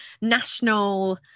national